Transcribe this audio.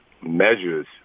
measures